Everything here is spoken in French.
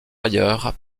ailleurs